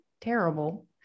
terrible